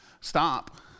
Stop